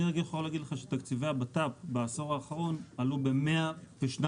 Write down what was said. אני יכול להגיד לך שתקציבי הבט"פ בעשור האחרון עלו ב-102%,